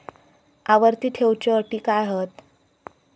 आवर्ती ठेव च्यो अटी काय हत?